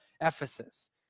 Ephesus